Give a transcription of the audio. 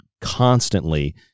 constantly